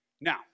Now